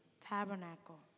tabernacle